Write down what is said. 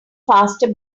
faster